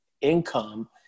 income